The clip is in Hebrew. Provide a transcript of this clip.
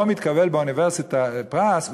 לא מקבל באוניברסיטה פרס,